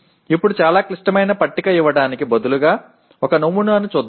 ఇప్పుడు చాలా క్లిష్టమైన పట్టిక ఇవ్వడానికి బదులుగా ఒక నమూనాను చూద్దాం